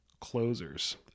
closers